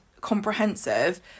comprehensive